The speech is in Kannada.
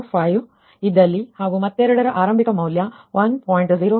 05 ಇದ್ದಲ್ಲಿ ಹಾಗೂ ಮತ್ತೆರಡರ ಆರಂಭಿಕ ಮೌಲ್ಯ1